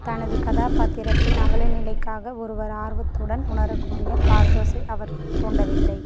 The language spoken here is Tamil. தனது கதாபாத்திரத்தின் அவலநிலைக்காக ஒருவர் ஆர்வத்துடன் உணரக்கூடிய பாத்தோஸை அவர் தூண்டவில்லை